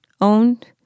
owned